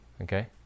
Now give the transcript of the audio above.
Okay